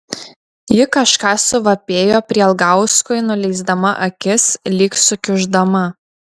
ji kažką suvapėjo prielgauskui nuleisdama akis lyg sukiuždama